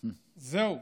זהו,